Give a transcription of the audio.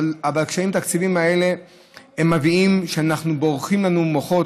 אבל הקשיים התקציביים האלה מביאים לכך שבורחים לנו מוחות.